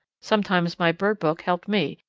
sometimes my bird book helped me,